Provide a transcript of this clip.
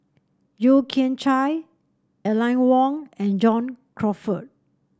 Yeo Kian Chye Aline Wong and John Crawfurd